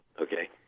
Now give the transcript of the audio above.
Okay